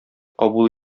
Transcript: кабул